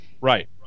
Right